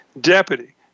deputy